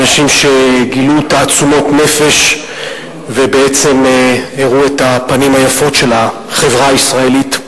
אנשים שגילו תעצומות נפש ובעצם הראו את הפנים היפות של החברה הישראלית,